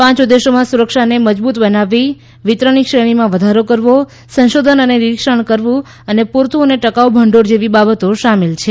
પંચ ઉદ્દેશોમાં સુરક્ષાને મજબૂત બનાવવી વિતરણની શ્રેણીમાં વધારો કરવો સંશોધન અને નિરીક્ષણ કરવું અને પૂરતું અને ટકાઉ ભંડોળ જેવી બાબતો સામેલ છે